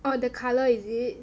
oh the color is it